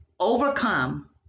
Overcome